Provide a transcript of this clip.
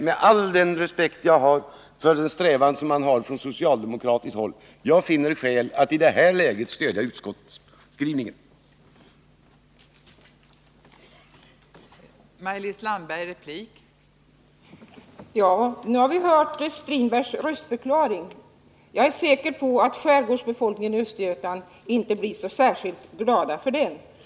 Med all respekt som jag har för den strävan man har från socialdemokratiskt håll finner jag skäl i att i det här läget stödja utskottsskrivningen.